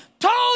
told